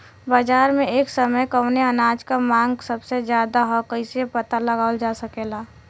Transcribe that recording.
बाजार में एक समय कवने अनाज क मांग सबसे ज्यादा ह कइसे पता लगावल जा सकेला?